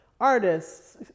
artists